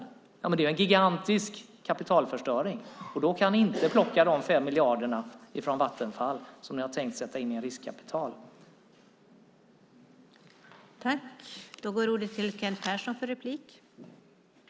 Det skulle vara en gigantisk kapitalförstöring, och då kan ni inte plocka ut de 5 miljarder från Vattenfall som ni har tänkt använda för att skapa en riskkapitalfond.